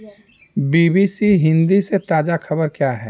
B B C Hindi से ताज़ा खबर क्या है